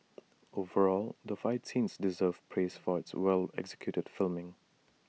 overall the fight scenes deserve praise for its well executed filming